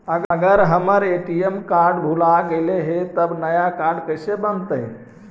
अगर हमर ATM card भुला गैलै हे तब नया काड कइसे बनतै?